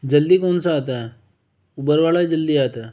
जल्दी कौन सा आता है उबर वाला ही जल्दी आता है